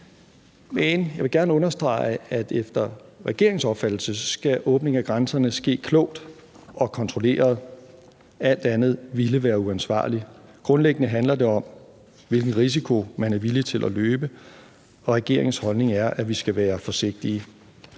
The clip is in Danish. jeg vil gerne understrege, at efter regeringens opfattelse skal åbningen af grænserne ske klogt og kontrolleret. Alt andet ville være uansvarligt. Grundlæggende handler det om, hvilken risiko man er villig til at løbe, og regeringens holdning er, at vi skal være forsigtige.